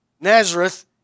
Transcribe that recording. Nazareth